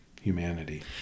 humanity